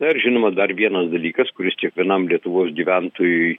na ir žinoma dar vienas dalykas kuris kiekvienam lietuvos gyventojui